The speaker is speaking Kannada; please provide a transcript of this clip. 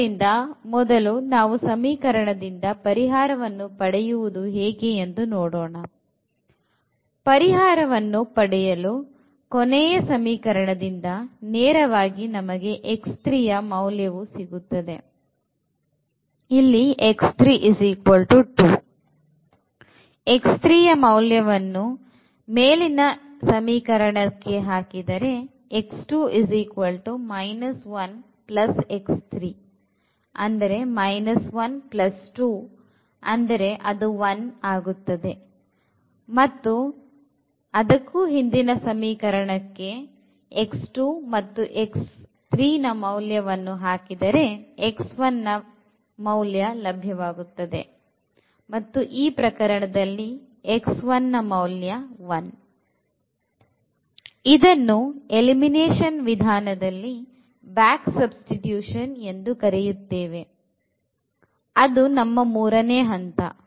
ಆದ್ದರಿಂದ ಮೊದಲು ನಾವು ಸಮೀಕರಣದಿಂದ ಪರಿಹಾರವನ್ನು ಪಡೆಯುವುದು ಹೇಗೆ ಎಂದು ನೋಡೋಣ ಪರಿಹಾರವನ್ನು ಪಡೆಯಲು ಕೊನೆಯ ಸಮೀಕರಣದಿಂದ ನೇರವಾಗಿ ಯ ಮೌಲ್ಯವು ಸಿಗುತ್ತದೆ ಇದನ್ನು ಎಲಿಮಿನೇಷನ್ ವಿಧಾನದಲ್ಲಿ back substitution ಎಂದು ಕರೆಯುತ್ತೇವೆ ಅದು ನಮ್ಮ 3 ಹಂತ